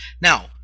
Now